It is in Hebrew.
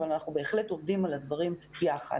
אבל אנחנו בהחלט עובדים על הדברים יחד.